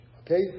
Okay